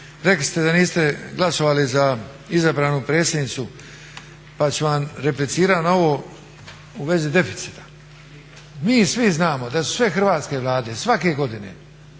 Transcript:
rekli ste da niste glasovali za izabranu predsjednicu pa ću vam replicirati na ovo u vezi deficita. Mi svi znamo da su sve hrvatske vlade svake godine,